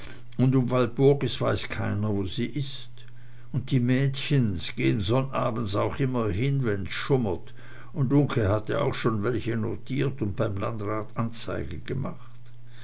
und um walpurgis weiß keiner wo sie is und die mächens gehen sonnabends auch immer hin wenn's schummert und uncke hat auch schon welche notiert und beim landrat anzeige gemacht